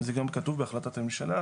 כן, זה גם כתוב בהחלטת הממשלה.